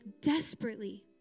desperately